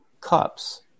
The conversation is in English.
cups